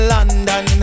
London